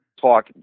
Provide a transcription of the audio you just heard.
talk